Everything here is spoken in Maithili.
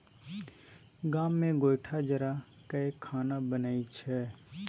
गाम मे गोयठा जरा कय खाना बनइ छै